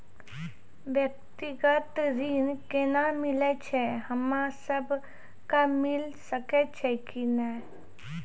व्यक्तिगत ऋण केना मिलै छै, हम्मे सब कऽ मिल सकै छै कि नै?